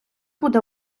буде